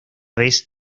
vez